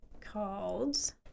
called